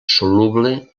soluble